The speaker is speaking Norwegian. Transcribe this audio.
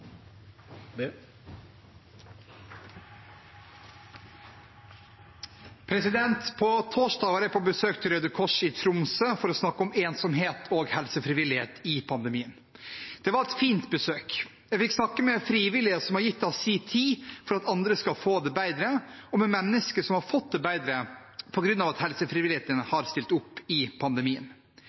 På torsdag var jeg på besøk til Røde Kors i Tromsø for å snakke om ensomhet og helsefrivillighet under pandemien. Det var et fint besøk. Jeg fikk snakke med frivillige som har gitt av sin tid for at andre skal få det bedre, og med mennesker som har fått det bedre på grunn av at helsefrivilligheten i Norge har stilt opp under pandemien.